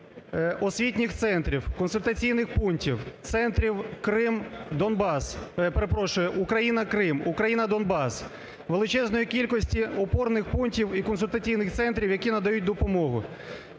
освітніх центрів, консультаційних пунктів, центрів "Крим-Донбас", перепрошую, "Україна-Крим", "Україна-Донбас", величезної кількості опорних пунктів і консультаційних центрів, які надають допомогу.